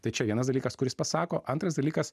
tai čia vienas dalykas kuris pasako antras dalykas